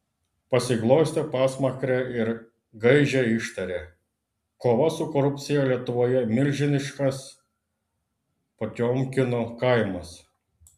pasiglostė pasmakrę ir gaižiai ištarė kova su korupcija lietuvoje milžiniškas potiomkino kaimas